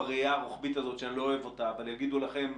בראייה הרוחבית הזאת שאני לא אוהב אותה אבל יגידו לכם,